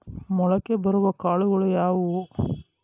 ಮೊಳಕೆ ಬರುವ ಕಾಳುಗಳು ಯಾವುವು?